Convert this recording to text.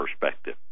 perspective